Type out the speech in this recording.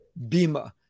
Bima